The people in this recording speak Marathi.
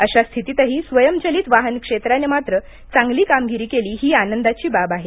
अशा स्थितीतही स्वयंचलित वाहन क्षेत्राने मात्र चांगली कामगिरी केली ही आनंदाची बाब आहे